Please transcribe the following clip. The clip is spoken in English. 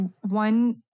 one